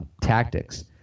tactics